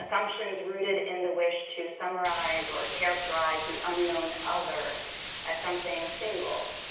assumptions rooted in the wish to summarize or characterize the unknown other as something single,